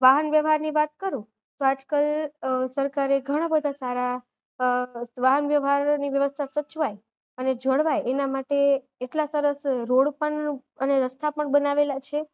વાહન વ્યવહારની વાત કરું તો આજકાલ સરકારે ઘણા બધા સારા વાહન વ્યવહારની વ્યવસ્થા સચવાય અને જળવાય એના માટે એટલા સરસ રોડ પણ અને રસ્તા પણ બનાવેલા છે